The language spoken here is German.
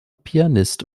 pianist